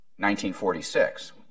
1946